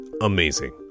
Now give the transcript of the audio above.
amazing